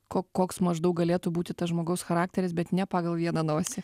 ko koks maždaug galėtų būti tas žmogaus charakteris bet ne pagal vieną nosį